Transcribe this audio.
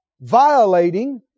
violating